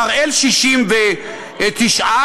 "הראל" 69%,